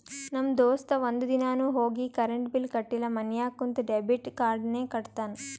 ನಮ್ ದೋಸ್ತ ಒಂದ್ ದಿನಾನು ಹೋಗಿ ಕರೆಂಟ್ ಬಿಲ್ ಕಟ್ಟಿಲ ಮನ್ಯಾಗ ಕುಂತ ಡೆಬಿಟ್ ಕಾರ್ಡ್ಲೇನೆ ಕಟ್ಟತ್ತಾನ್